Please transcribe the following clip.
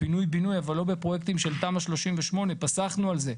פינוי-בינוי אבל לא בפרויקטים של תמ"א 38. פסחנו על זה.